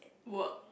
work